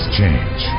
change